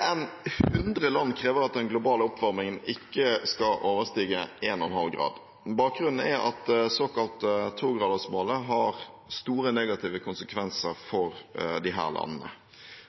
enn 100 land krever at den globale oppvarmingen ikke skal overstige 1,5 grader. Bakgrunnen er at det såkalte 2-gradersmålet har store negative konsekvenser for disse landene.